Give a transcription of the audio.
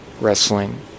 wrestling